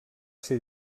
ser